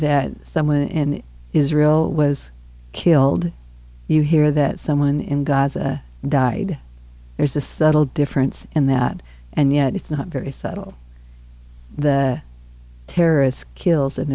that someone in israel was killed you hear that someone in gaza died there's a subtle difference in that and yet it's not very subtle the terrorists kills